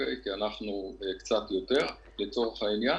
אנחנו קצת יותר לצורך העניין.